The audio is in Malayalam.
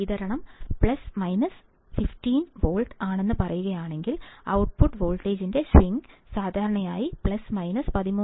വിതരണം പ്ലസ് മൈനസ് 15 വോൾട്ട് ആണെന്ന് പറയുകയാണെങ്കിൽ ഔട്ട്പുട്ട് വോൾട്ടേജിന് സ്വിംഗ് സാധാരണയായി പ്ലസ് മൈനസ് 13